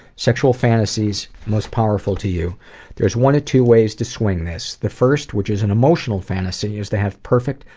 sexual fantasies most powerful to you there's one of two ways to swing this. the first, which is an emotional fantasy, is to have perfect,